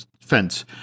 fence